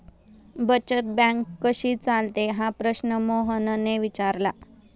बचत बँक कशी चालते हा प्रश्न मोहनने विचारला?